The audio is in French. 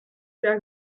père